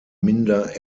minder